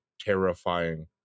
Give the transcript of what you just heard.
terrifying